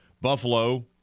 Buffalo